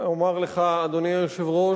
אומר לך, אדוני היושב-ראש,